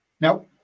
Now